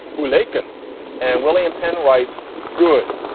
who? lincoln and william penn writes, good.